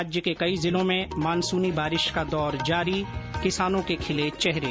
राज्य के कई जिलों में मानसूनी बारिश का दौर जारी किसानों के खिले चेहरे